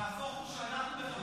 הנהפוך הוא, שאנחנו,